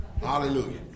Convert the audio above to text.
Hallelujah